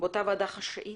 באותה ועדה חשאית?